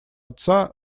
отца